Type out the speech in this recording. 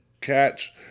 catch